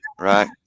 Right